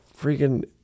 freaking